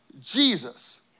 Jesus